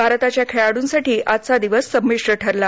भारताच्या खेळाडुंसाठी आजचा दिवस संमिश्र ठरला